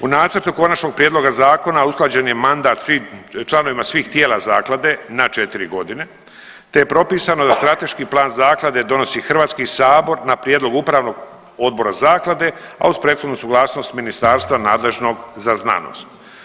U nacrtu konačnog prijedloga zakona usklađen je mandat članovima svih tijela zaklade na četiri godine te je propisano da strateški plan zaklade donosi HS na prijedlog upravnog odbora zaklade, a uz prethodnu suglasnost ministarstva nadležnog za znanost.